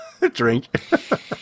drink